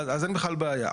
אז אין בכלל בעיה.